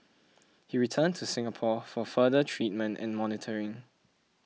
he returned to Singapore for further treatment and monitoring